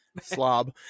slob